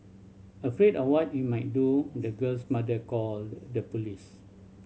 afraid of what he might do the girl's mother called the police